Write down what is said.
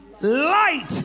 light